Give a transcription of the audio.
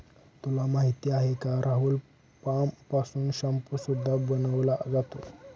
तुला माहिती आहे का राहुल? पाम पासून शाम्पू सुद्धा बनवला जातो